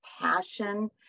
passion